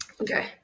Okay